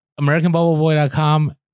AmericanBubbleBoy.com